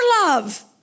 love